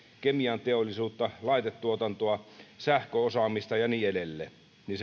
kemianteollisuutta laitetuotantoa sähköosaamista ja niin